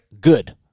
Good